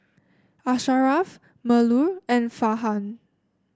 Asharaff Melur and Farhan